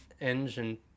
engine